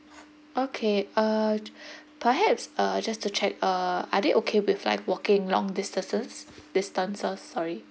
okay uh perhaps uh just to check uh are they okay with like walking long distances distances sorry